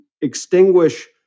Extinguish